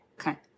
Okay